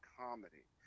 comedy